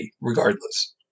regardless